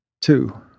Two